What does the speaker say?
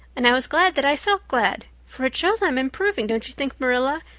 and i was glad that i felt glad, for it shows i'm improving, don't you think, marilla,